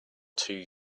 two